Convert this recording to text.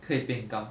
可以变高